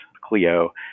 Clio